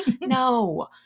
no